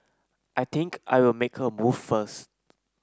I think I'll make a move first